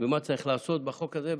ומה צריך לעשות, בחוק הזה.